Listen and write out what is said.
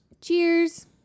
Cheers